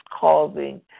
causing